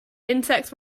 insects